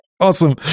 Awesome